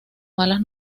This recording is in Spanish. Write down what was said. malas